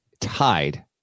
tied